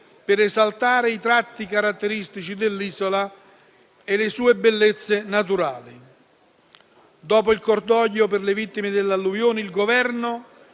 per esaltare i tratti caratteristici dell'isola e le sue bellezze naturali. Dopo il cordoglio per le vittime dell'alluvione, il Governo,